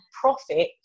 profit